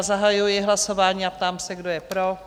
Zahajuji hlasování a ptám se, kdo je pro?